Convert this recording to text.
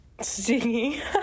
Stingy